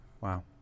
Wow